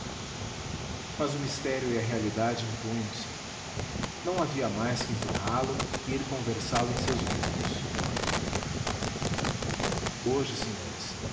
mas o mistério e a realidade impunham se não havia mais que enterrá lo e ir conversá lo em seus livros hoje senhores